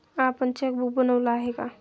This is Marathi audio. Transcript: आपण चेकबुक बनवलं आहे का?